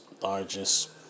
largest